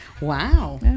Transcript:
Wow